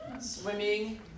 swimming